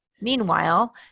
Meanwhile